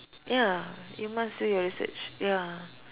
ya you must do a research ya